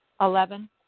Eleven